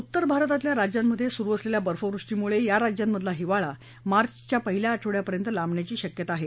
उत्तर भारतातल्या राज्यांमधे सुरु असलेल्या बर्फवृष्टीमुळे या राज्यांमधला हिवाळा मार्चच्या पहिल्या आठवडयापर्यंत लांबण्याची शक्यता आहे